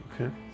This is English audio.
Okay